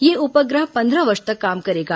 यह उपग्रह पंद्रह वर्ष तक काम करेगा